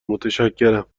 متشکرم